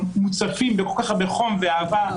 אנחנו מוצפים בכל כך הרבה חום ואהבה,